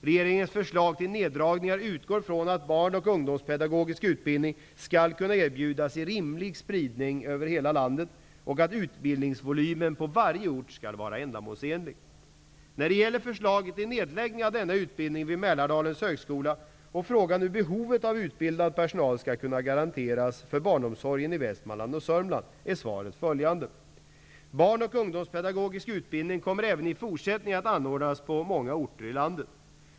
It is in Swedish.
Regeringens förslag till neddragningar utgår från att barn och ungdomspedagogisk utbildning skall kunna erbjudas i en rimlig spridning över hela landet och att utbildningsvolymen på varje ort skall vara ändamålsenlig. När det gäller förslaget till nedläggning av denna utbildning vid Mälardalens högskola och frågan hur behovet av utbildad personal skall kunna garanteras för barnomsorgen inom Västmanland och Södermanland är svaret följande. Barn och ungdomspedagogisk utbildning kommer även i fortsättningen att anordnas på många orter i landet.